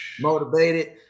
motivated